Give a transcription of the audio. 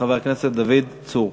חבר הכנסת דוד צור.